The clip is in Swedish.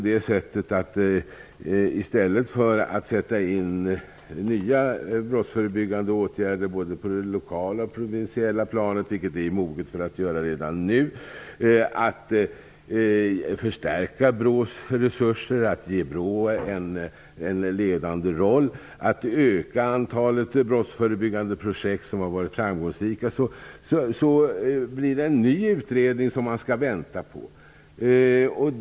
I stället för att sätta in nya brottsförebyggande åtgärder både på det lokala och på det provinsiella planet, vilket tiden är mogen för redan nu, förstärka BRÅ:s resurser, ge BRÅ en ledande roll och öka antalet som varit framgångsrika brottsförebyggande projekt tillsätter regeringen en ny utredning som vi skall vänta på.